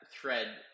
thread